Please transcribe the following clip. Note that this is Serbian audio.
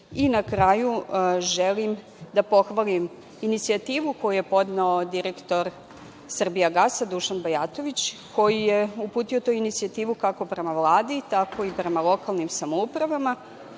kraju, želim da pohvalim inicijativu koju je podneo direktor „Srbija gasa“, Dušan Bajatović, koji je uputio tu inicijativu kako prema Vladi, tako i prema lokalnim samoupravama